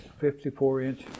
54-inch